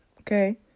Okay